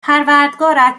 پروردگارت